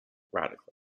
radically